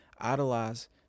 idolize